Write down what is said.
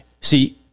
See